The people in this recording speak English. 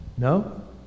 No